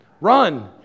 run